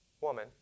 woman